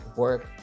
work